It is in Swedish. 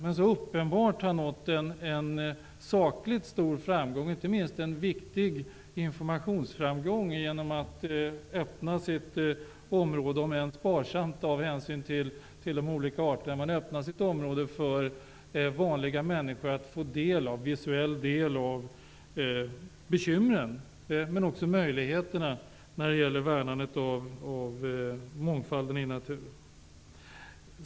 Men uppenbart har det blivit en sakligt stor framgång, inte minst en viktig informationsframgång. Man har öppnat sitt område, om än sparsamt av hänsyn till det olika arterna, för vanliga människor för att visuellt ta del av bekymren men också möjligheterna när det gäller värnandet av mångfalden i naturen.